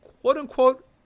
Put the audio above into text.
quote-unquote